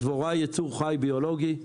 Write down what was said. הדבורה היא יצור חי, ביולוגי.